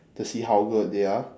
to see how good they are